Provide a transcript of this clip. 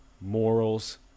morals